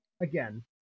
again